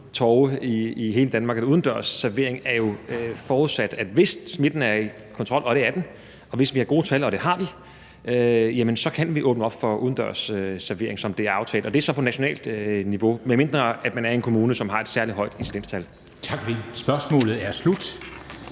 torve i hele Danmark. Udendørs servering forudsætter jo, at smitten er i kontrol, og det er den, og at vi har gode tal, og det har vi. Så kan vi åbne op for udendørs servering, som det er aftalt, og det er så på nationalt niveau, medmindre man er i en kommune, som har et særlig højt incidenstal. Kl. 13:57 Formanden